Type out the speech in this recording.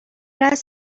است